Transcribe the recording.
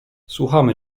słuchamy